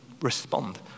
respond